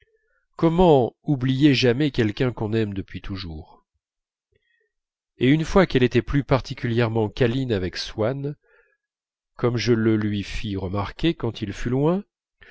comment oublier jamais quelqu'un qu'on aime depuis toujours et une fois qu'elle était plus particulièrement câline avec swann comme je le lui fis remarquer quand il fut loin